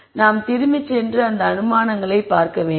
எனவே நாம் திரும்பிச் சென்று அந்த அனுமானங்களைப் பார்க்க வேண்டும்